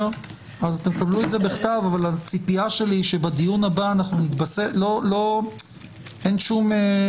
אז אתם תקבלו את זה בכתב, אבל אין דרך